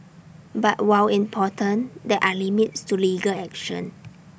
but while important there are limits to legal action